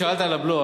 שאלת על הבלו,